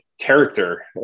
character